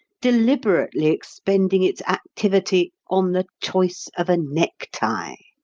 deliberately expending its activity on the choice of a necktie!